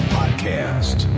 podcast